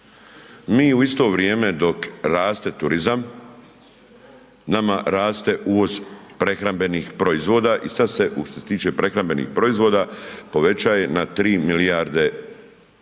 Mi u isto vrijeme dok raste turizam, nama raste uvoz prehrambenih proizvoda i sad se, što se tiče prehrambenih proizvoda, povećaje na 3 milijarde EUR-a,